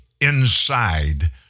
inside